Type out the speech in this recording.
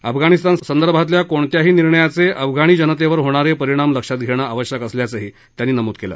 अफगाणीस्तान संदर्भातल्या कोणत्याही निर्णयाचे अफगाण जनतेवर होणारे परिणाम लक्षात घेणं आवश्यक असल्याचंही त्यांनी नमूद केलं